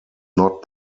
not